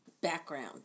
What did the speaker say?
Background